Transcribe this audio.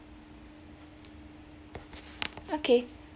okay